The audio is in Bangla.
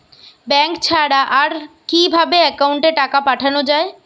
ব্যাঙ্ক ছাড়া আর কিভাবে একাউন্টে টাকা পাঠানো য়ায়?